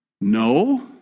No